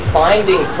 finding